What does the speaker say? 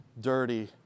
dirty